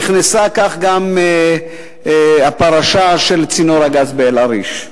נכנסה גם הפרשה של צינור הגז באל-עריש.